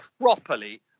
properly